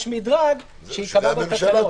יש מדרג שייקבע בתקנות.